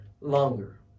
longer